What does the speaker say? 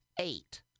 eight